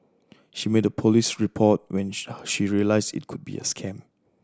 she made a police report when she realised it could be a scam